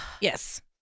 Yes